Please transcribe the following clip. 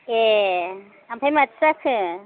ए ओमफ्राय माथो जाखो